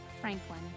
Franklin